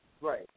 Right